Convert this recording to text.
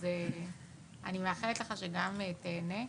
מאחלת לך שגם תיהנה,